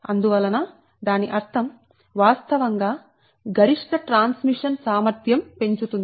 అందువలనదాని అర్థం వాస్తవంగా గరిష్ట ట్రాన్స్మిషన్ సామర్థ్యం పెంచుతుంది